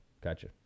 Gotcha